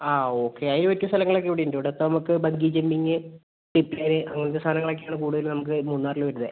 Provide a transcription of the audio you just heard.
ആ ഓക്കെ അതിന് പറ്റിയ സ്ഥലങ്ങളൊക്കെ ഇവിടെ ഉണ്ട് ഇവിടെ ഇപ്പോൾ നമുക്ക് ബങ്കീ ജംമ്പിങ് പിറ്റ് ഡ്രൈവ് അങ്ങനത്തെ സാധനങ്ങളൊക്കെയാണ് കൂടുതൽ നമുക്ക് മൂന്നാറിൽ വരുന്നത്